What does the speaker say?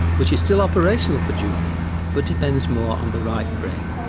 which is still operational for judy but depends more on the right brain.